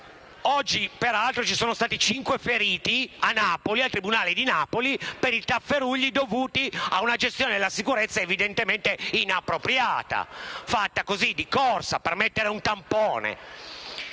Oggi, tra l'altro ci sono stati cinque feriti al tribunale di Napoli, per i tafferugli dovuti ad una gestione della sicurezza evidentemente inappropriata, fatta così, di corsa, per mettere un tampone.